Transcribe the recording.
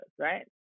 right